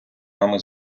нами